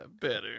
better